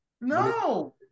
No